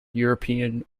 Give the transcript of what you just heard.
european